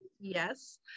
Yes